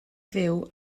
fyw